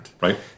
Right